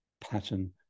pattern